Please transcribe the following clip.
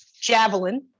Javelin